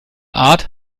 art